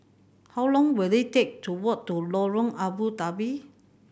how long will it take to walk to Lorong Abu Talib